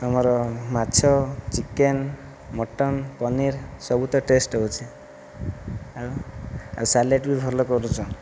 ତୁମର ମାଛ chicken mutton paneer ସବୁତ ଟେଷ୍ଟ ହେଉଛି ଆଉ ଆଉ ସାଲାଡ଼୍ ବି ଭଲ କରୁଛ